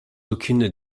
aucune